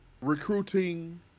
recruiting